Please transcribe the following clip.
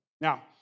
Now